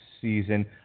season